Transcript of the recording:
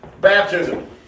Baptism